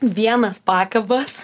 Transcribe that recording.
vienas pakabas